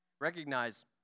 recognize